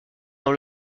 dans